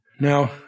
Now